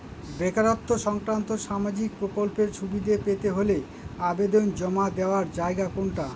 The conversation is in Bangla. বেকারত্ব সংক্রান্ত সামাজিক প্রকল্পের সুবিধে পেতে হলে আবেদন জমা দেওয়ার জায়গা কোনটা?